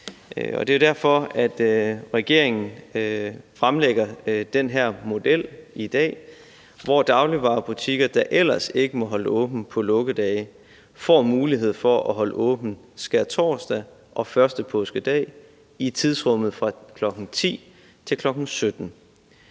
Det er jo derfor, at regeringen fremlægger den her model i dag, hvor dagligvarebutikker, der ellers ikke må holde åbent på lukkedage, får mulighed for at holde åbent skærtorsdag og første påskedag i tidsrummet fra kl. 10.00 til kl. 17.00.